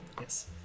Yes